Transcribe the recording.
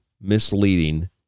misleading